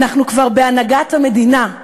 אנחנו כבר בהנהגת המדינה,